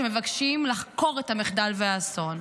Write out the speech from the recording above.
שמבקשים לחקור את המחדל והאסון,